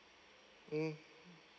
mm